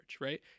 right